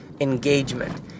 engagement